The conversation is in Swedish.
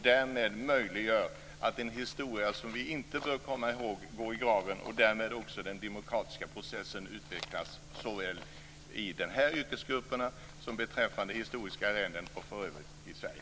Därmed möjliggör vi att en historia som vi inte bör komma ihåg går i graven, och att den demokratiska processen därmed utvecklas i såväl de här yrkesgrupperna som för historiska arrenden och för övrigt i Sverige.